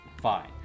fine